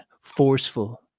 forceful